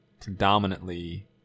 predominantly